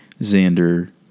Xander